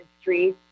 streets